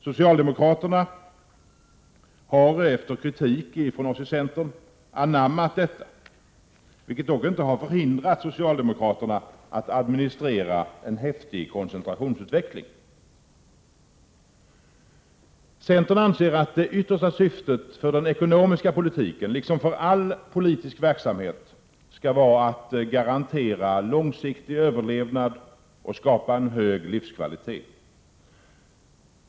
Socialdemokraterna har efter kritik från centern anammat detta, vilket dock inte har förhindrat socialdemokraterna att administrera en häftig koncentrationsutveckling. Centern anser att det yttersta syftet för den ekonomiska politiken liksom för all politisk verksamhet skall vara att garantera en långsiktig överlevnad och skapa en hög livskvalitet.